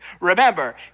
remember